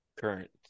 current